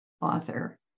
author